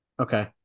Okay